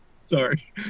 Sorry